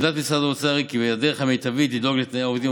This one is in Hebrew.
עמדת משרד האוצר היא כי הדרך המיטבית לדאוג לתנאי העובדים